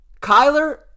Kyler